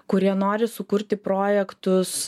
kurie nori sukurti projektus